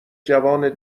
جوان